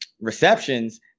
receptions